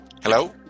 Hello